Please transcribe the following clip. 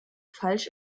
falsch